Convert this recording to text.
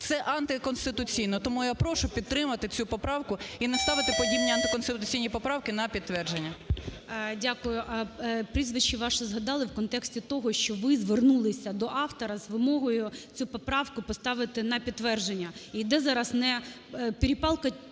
це антиконституційно. Тому я прошу підтримати цю поправку і не ставити подібні антиконституційні поправки на підтвердження. ГОЛОВУЮЧИЙ. Дякую. Прізвище ваше згадали в контексті того, що ви звернулись до автора з вимогою цю поправку поставити на підтвердження. І йде зараз не перепалка